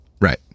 Right